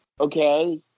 okay